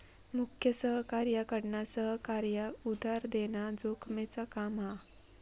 मुख्य सहकार्याकडना सहकार्याक उधार देना जोखमेचा काम हा